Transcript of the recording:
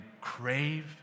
crave